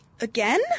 again